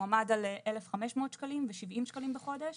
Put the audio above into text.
הוא עמד על 1,500 שקלים ו-70 שקלים בחודש,